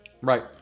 Right